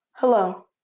Hello